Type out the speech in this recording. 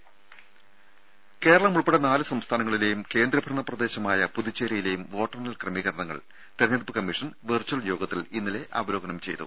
RERA Keralam ഉൾപ്പെടെ നാല് സംസ്ഥാനങ്ങളിലെയും കേന്ദ്ര ഭരണ പ്രദേശമായ പുതുച്ചേരിയിലെയും വോട്ടെണ്ണൽ ക്രമീകരണങ്ങൾ തെരഞ്ഞെടുപ്പ് കമ്മീഷൻ വെർച്വൽ യോഗത്തിൽ ഇന്നലെ അവലോകനം ചെയ്തു